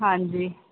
ਹਾਂਜੀ